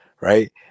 right